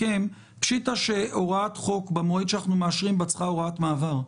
שהוראת חוק במועד שאנחנו מאשרים צריכה הוראת מעבר.